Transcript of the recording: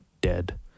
dead